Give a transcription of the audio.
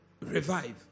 Revive